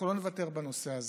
אנחנו לא נוותר בנושא הזה.